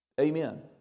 Amen